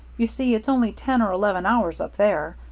you see, it's only ten or eleven hours up there,